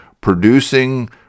producing